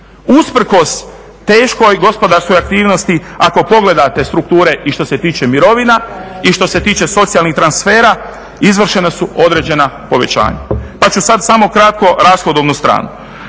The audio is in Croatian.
Usprkos teškoj gospodarskoj aktivnosti ako pogledate strukture i što se tiče mirovina i što se tiče socijalnih transfera izvršena su određena povećanja pa ću sad samo kratko rashodovnu stranu.